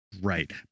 Right